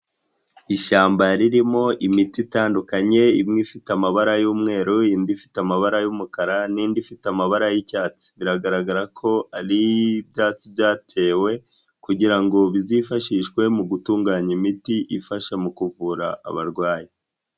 Ishyamba ririmo imiti itandukanye, imwe ifite amabara y'umweru, indi ifite amabara y'umukara n'indi ifite amabara y'icyatsi, biragaragara ko ari ibyatsi byatewe kugira ngo bizifashishwe mu gutunganya imiti ifasha mu kuvura abarwayi.